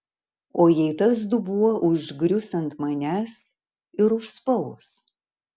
o jei tas dubuo užgrius ant manęs ir užspaus